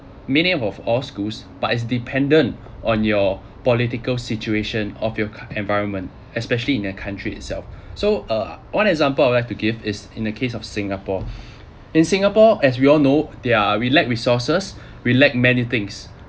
minimum of all schools but is dependent on your political situation of your environment especially in a country itself so uh one example I would have to give is in the case of singapore in singapore as we all know there are we lack resources we lack many things